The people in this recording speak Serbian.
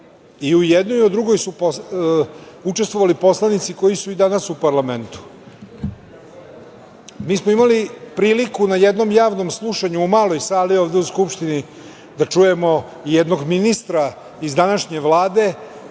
I u jednoj i u drugoj su učestvovali poslanici koji su i danas u parlamentu. Mi smo imali priliku na jednom javnom slušanju u maloj sali ovde u Skupštini da čujemo i jednog ministra iz današnje Vlade